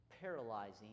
paralyzing